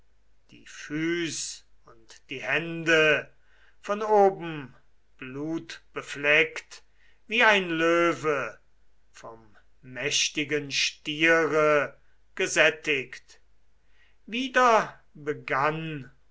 die füß und die hände von oben blutbefleckt wie ein löwe vom mächtigen stiere gesättigt wieder begann